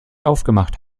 aufgemacht